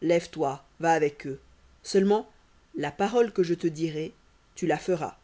lève-toi va avec eux seulement la parole que je te dirai tu la feras